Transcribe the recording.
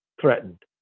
threatened